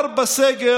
אבל לפחות יש לו אג'נדה.